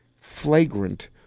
flagrant